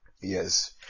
Yes